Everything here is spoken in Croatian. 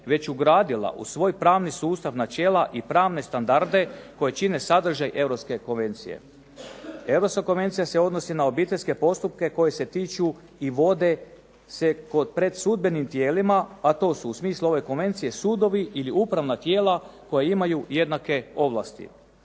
već ugradila u svoj pravni sustav načela i pravne standarde koji čine sadržaj Europske konvencije. Europska konvencija se odnosi na obiteljske postupke koji se tiču i vode se pred sudbenim tijelima, a to su u smislu ove konvencije sudovi ili upravna tijela koja imaju jednake ovlasti.